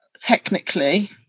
technically